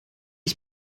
ich